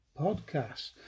podcast